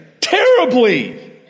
Terribly